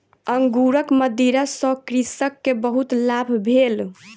अंगूरक मदिरा सॅ कृषक के बहुत लाभ भेल